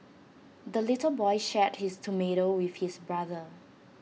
the little boy shared his tomato with his brother